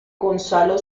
gonzalo